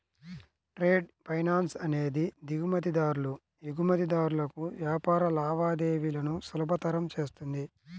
trade finance అనేది దిగుమతిదారులు, ఎగుమతిదారులకు వ్యాపార లావాదేవీలను సులభతరం చేస్తుంది